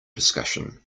discussion